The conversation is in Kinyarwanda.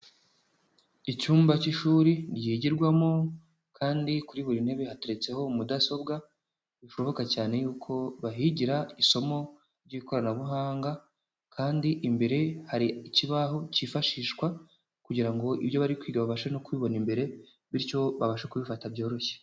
Icyumba cy'ishuri ryigirwamo kandi kuri buri ntebe hateretseho mudasobwa, bishoboka cyane yuko bahigira isomo ry'ikoranabuhanga kandi imbere hari ikibaho cyifashishwa kugira ngo ibyo bari kwiga babashe no kubibona imbere, bityo babashe kubifata byoroshye.